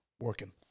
working